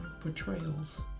portrayals